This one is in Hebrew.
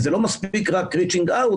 וזה לא מספיק רק reaching out,